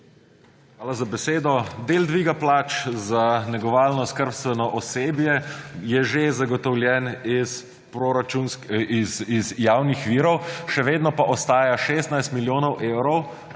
Hvala za besedo. Del dviga plač za negovalno skrbstveno osebje je že zagotovljen iz javnih virov, še vedno pa ostaja 16 milijonov evrov,